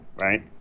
right